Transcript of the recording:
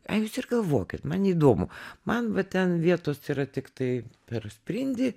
ai jūs ir galvokit man neįdomu man va ten vietos yra tiktai per sprindį